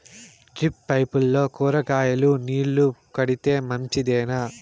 Drip పైపుల్లో కూరగాయలు నీళ్లు కడితే మంచిదేనా?